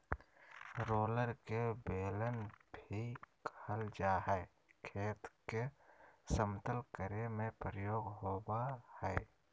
roller के बेलन भी कहल जा हई, खेत के समतल करे में प्रयोग होवअ हई